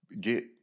get